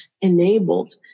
enabled